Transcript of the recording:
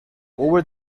over